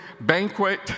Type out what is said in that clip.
banquet